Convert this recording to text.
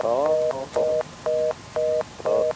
ହେଉ ହେଉ ହେଉ ହେଉ